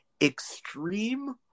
extreme